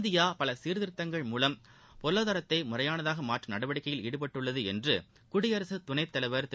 India பல சீர்திருத்தங்கள் மூலம் பொருளாதாரத்தை முறையானதாக மாற்றும் நடவடிக்கையில் ஈடுபட்டுள்ளது என்று குடியரசுத்துணைத் தலைவர் திரு